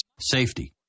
Safety